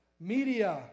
Media